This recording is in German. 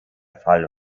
fall